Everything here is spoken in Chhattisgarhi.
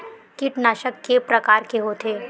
कीटनाशक के प्रकार के होथे?